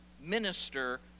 minister